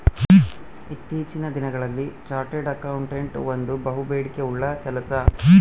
ಇತ್ತೀಚಿನ ದಿನಗಳಲ್ಲಿ chartered accountant ಒಂದು ಬಹುಬೇಡಿಕೆ ಉಳ್ಳ ಕೆಲಸ